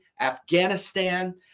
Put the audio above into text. Afghanistan